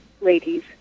ladies